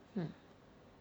hmm